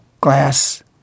Glass